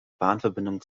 bahnverbindung